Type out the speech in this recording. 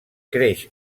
creix